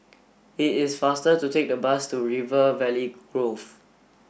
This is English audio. it is faster to take the bus to River Valley Grove